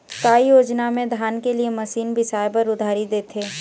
का योजना मे धान के लिए मशीन बिसाए बर उधारी देथे?